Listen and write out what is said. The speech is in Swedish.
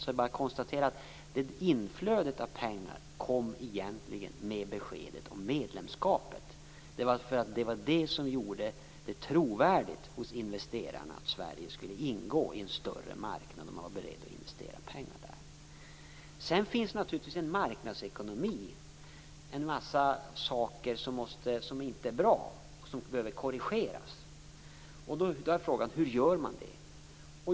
Det är bara att konstatera att inflödet av pengar egentligen kom med beskedet om medlemskapet. Det var det som hos investerarna gjorde det trovärdigt att Sverige skulle ingå i en större marknad, och man var beredd att investera pengar där. Det finns naturligtvis i en marknadsekonomi en massa saker som inte är bra och som behöver korrigeras. Då är frågan hur man gör det.